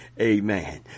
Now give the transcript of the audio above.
Amen